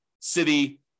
city